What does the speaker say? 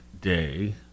Day